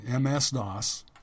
MS-DOS